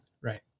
Right